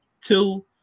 Two